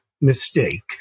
mistake